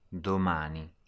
Domani